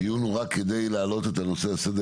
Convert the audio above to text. הדיון הוא רק כדי להעלות את הנושא על סדר